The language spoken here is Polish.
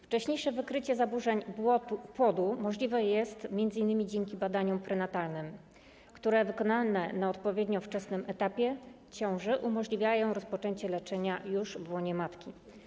Wcześniejsze wykrycie zaburzeń płodu możliwe jest m.in. dzięki badaniom prenatalnym, które wykonane na odpowiednio wczesnym etapie ciąży umożliwiają rozpoczęcie leczenia już w łonie matki.